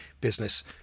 business